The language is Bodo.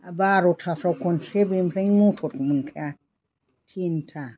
बार'थासोआव खनसे बेनिफ्रायनो मथरखौनो मोनखाया तिनथा